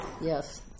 Yes